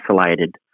isolated